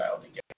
together